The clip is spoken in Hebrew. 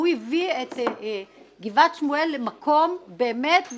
הוא הביא את גבעת שמואל למקום באמת,